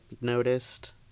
noticed